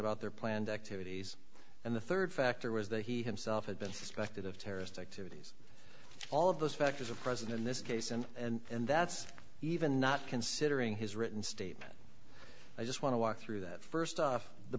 about their planned activities and the third factor was that he himself had been suspected of terrorist activities all of those factors are present in this case and that's even not considering his written statement i just want to walk through that first off the